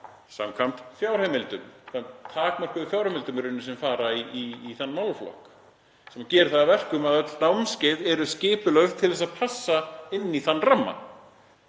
samkvæmt fjárheimildum, þeim takmörkuðu fjárheimildum í rauninni sem fara í þennan málaflokk sem gerir það að verkum að öll námskeið eru skipulögð til að passa inn í þann ramma,